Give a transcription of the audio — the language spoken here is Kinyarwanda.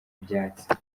byatsi